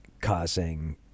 causing